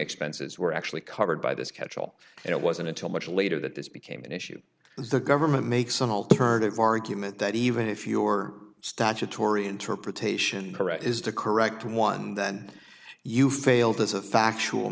expenses were actually covered by this catch all and it wasn't until much later that this became an issue the government makes an alternative argument that even if your statutory interpretation is the correct one then you failed as a factual